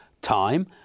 time